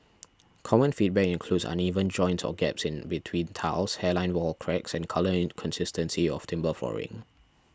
common feedback includes uneven joints or gaps in between tiles hairline wall cracks and colour inconsistency of timber flooring